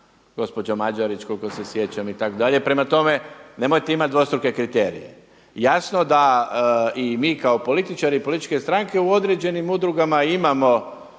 gospođa Mađarić, koliko se sjećam itd. Prema tome, nemojte imati dvostruke kriterije. Jasno da i mi kao političari i političke stranke u određenim udrugama imamo